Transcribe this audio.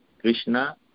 Krishna